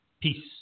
Peace